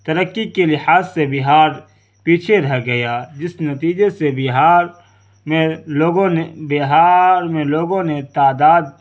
ترقی کے لحاظ سے بہار پیچھے رہ گیا جس نتیجے سے بہار میں لوگوں نے بہار میں لوگوں نے تعداد